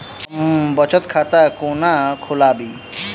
हम बचत खाता कोना खोलाबी?